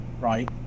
right